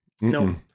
no